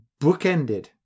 Bookended